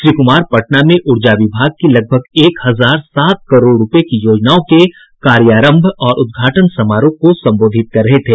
श्री कुमार पटना में ऊर्जा विभाग की लगभग एक हजार सात करोड़ रुपये की योजनाओं के कार्यारंभ और उद्घाटन समारोह को संबोधित कर रहे थे